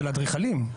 של האדריכלים.